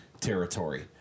territory